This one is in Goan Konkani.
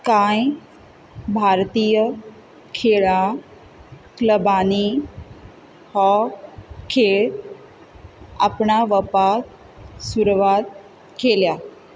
कांय भारतीय खेळां क्लबांनी हो खेळ आपणा वपात सुरवात केल्या